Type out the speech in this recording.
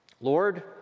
Lord